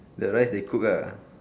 the rice they cook ah